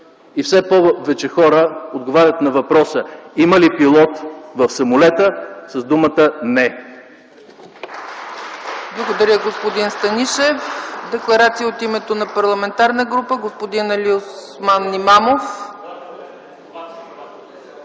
и все повече хора отговарят на въпроса: има ли пилот в самолета? – с думата „не”.